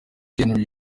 henri